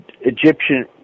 Egyptian